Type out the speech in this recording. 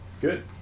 Good